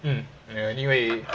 mm ya anyway